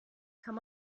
kann